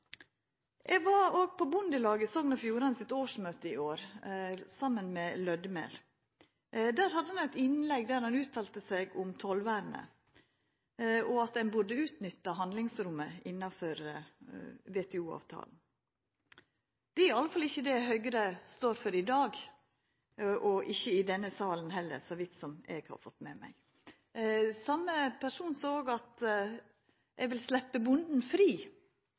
Eg var på årsmøtet til Sogn og Fjordane Bondelag i år saman med Lødemel. Der hadde han eit innlegg der han uttalte seg om tollvernet, og at ein burde utnytta handlingsrommet innanfor WTO-avtalen. Det er iallfall ikkje det Høgre står for i dag, ikkje i denne salen heller, så vidt eg har fått med meg. Same person sa òg: Eg vil sleppa bonden fri,